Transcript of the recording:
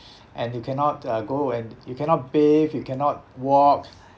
and you cannot uh go and you cannot bathe you cannot walk